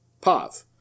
Pav